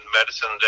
medicine